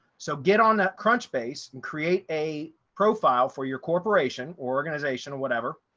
so get on crunchbase and create a profile for your corporation or organization or whatever.